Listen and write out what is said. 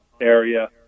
area